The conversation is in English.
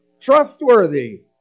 trustworthy